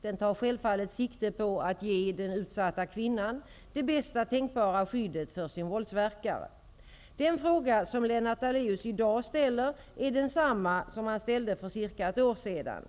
Den tar självfallet sikte på att ge den utsatta kvinnan det bästa tänkbara skyddet mot sin våldsverkare. Den fråga som Lennart Daléus i dag ställer är densamma som han ställde för cirka ett år sedan.